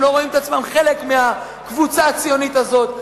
הם לא רואים את עצמם חלק מהקבוצה הציונית הזאת.